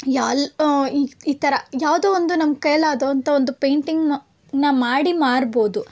ಯಾಲ್ ಈ ಥರ ಯಾವುದೋ ಒಂದು ನಮ್ಮ ಕೈಯಲ್ಲಾದಂಥ ಒಂದು ಪೇಂಟಿಂಗನ್ನ ಮಾಡಿ ಮಾರ್ಬೋದು